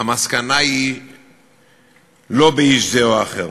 המסקנה היא לא באיש זה או אחר,